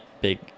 big